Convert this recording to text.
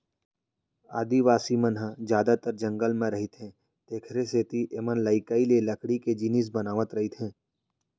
आदिवासी मन ह जादातर जंगल म रहिथे तेखरे सेती एमनलइकई ले लकड़ी के जिनिस बनावत रइथें